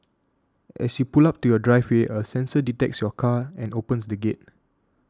as you pull up to your driveway a sensor detects your car and opens the gates